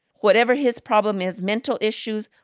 whatever his problem is mental issues,